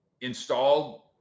installed